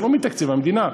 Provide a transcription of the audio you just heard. זה לא מתקציב המדינה,